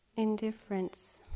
Indifference